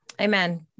Amen